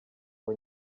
ngo